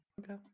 Okay